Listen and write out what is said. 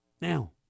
Now